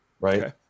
right